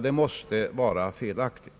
det måste vara felaktigt.